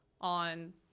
on